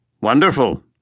Wonderful